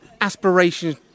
aspirations